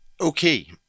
okay